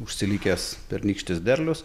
užsilikęs pernykštis derlius